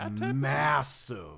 massive